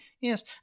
yes